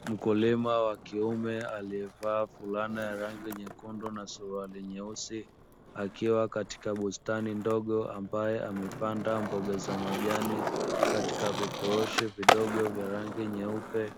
Mkulima wa kiume aliyevaa fulana ya rangi nyekundu na suruali nyeusi akiwa katika bustani ndogo ambayo amepanda mboga za majani katika vifurushi vidogo vya rangi nyeupe,